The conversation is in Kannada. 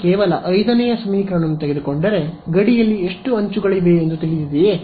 ನಾನು ಕೇವಲ 5ನೆಯ ಸಮೀಕರಣವನ್ನು ತೆಗೆದುಕೊಂಡರೆ ಗಡಿಯಲ್ಲಿ ಎಷ್ಟು ಅಂಚುಗಳಿವೆ ಎಂದು ತಿಳಿದಿದೆಯೆ